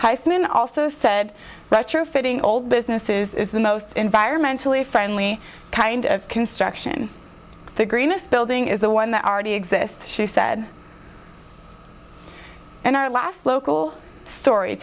huysman also said retrofitting old businesses is the most environmentally friendly kind of construction the greenest building is the one that already exists she said and our last local story